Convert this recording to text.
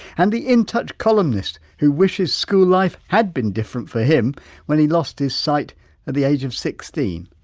and the in touch columnist, who wishes his school life, had been different for him when he lost his sight at the age of sixteen.